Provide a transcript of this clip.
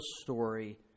story